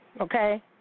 Okay